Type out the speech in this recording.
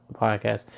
podcast